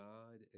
God